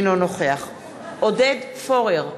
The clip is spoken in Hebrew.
אינו נוכח עודד פורר,